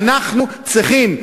ואנחנו צריכים,